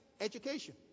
education